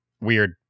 weird